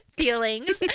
feelings